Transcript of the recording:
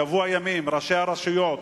שבוע ימים ראשי הרשויות